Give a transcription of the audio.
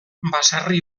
baserri